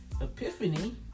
epiphany